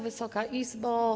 Wysoka Izbo!